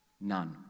None